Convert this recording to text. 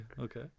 okay